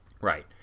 Right